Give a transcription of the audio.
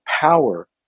power